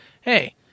hey